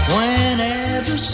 Whenever